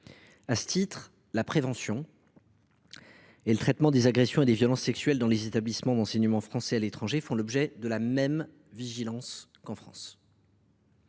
À ce titre, la prévention et le traitement des agressions et des violences sexuelles dans les établissements d’enseignement français à l’étranger font l’objet de la même vigilance qu’en France.